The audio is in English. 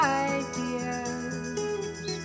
ideas